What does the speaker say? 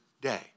day